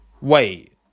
Wait